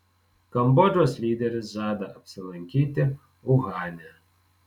kambodžos lyderis žada apsilankyti uhane